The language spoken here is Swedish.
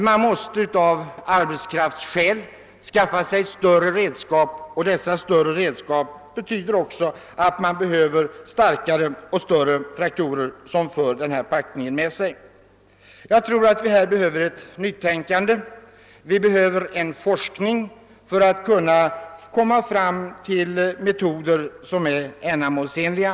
Man måste av arbetskraftsskäl skaffa sig större redskap, och dessa större redskap leder också till att man behöver större och starkare traktorer, vilket i sin tur åstadkommer större packning av jorden. Jag tror att det på detta område behövs ett nytänkande. Det krävs en forskning för att vi skall kunna få fram metoder som är ändamålsenliga.